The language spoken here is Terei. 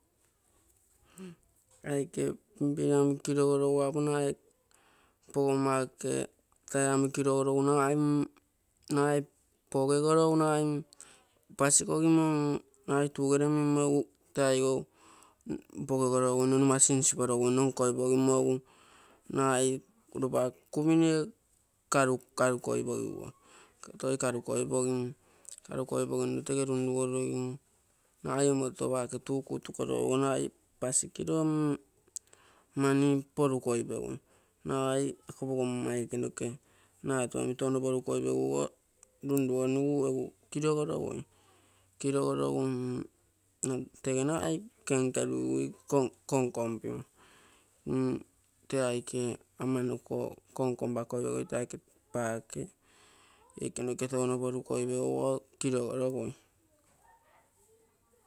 Ee aike pinpiri omi kirogorogu egu nagai pogomima tyre omi korigorogu nagai mm nagai pogegorogu egu nagai pasikogimo egu nagai tugere mimmo tee aaigou pogegoroguino numa sinsiporoguino nkoipogimo nagai ropa kaminie. Karukapogigui, toi karu koipogimo nagai ropa kaminie. Karu kapogigui, toi karu koipogino tege lunrugorogim nagai omoto paake tuu kuu tukorogu nagai pasikiro mm mani porukoipegui. Nagai ako pogomma aike noke natu omi touno porukoipegu tunrugonigu gu kirogorogui. Kirogorogu tege nagai kenkerugigui kon-konpinko mm, tee aiake paake aike noke touno porukoipeguogo kirogorogui.